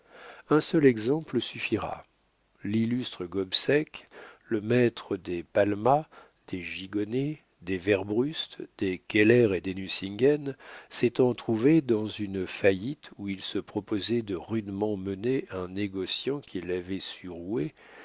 un seul exemple suffira l'illustre gobseck le maître des palma des gigonnet des werbrust des keller et des nucingen s'étant trouvé dans une faillite où il se proposait de rudement mener un négociant qui l'avait su